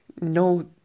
no